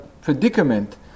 predicament